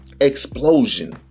Explosion